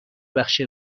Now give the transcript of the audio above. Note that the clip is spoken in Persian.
بخش